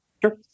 Sure